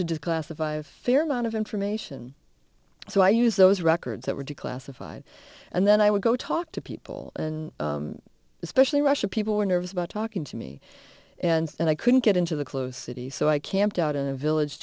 declassify fair amount of information so i used those records that were declassified and then i would go talk to people and especially russia people were nervous about talking to me and i couldn't get into the clothes city so i camped out in a village